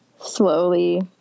slowly